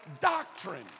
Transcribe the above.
doctrine